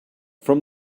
from